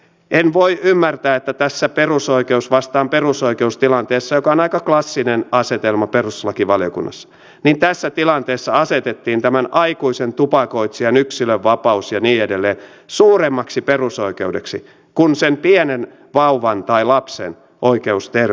en voi ymmärtää että tässä perusoikeus vastaan perusoikeus tilanteessa joka on aika klassinen asetelma perustuslakivaliokunnassa asetettiin tämän aikuisen tupakoitsijan yksilönvapaus ja niin edelleen suuremmaksi perusoikeudeksi kuin sen pienen vauvan tai lapsen oikeus terveyteen